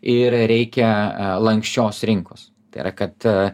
ir reikia lanksčios rinkos tai yra kad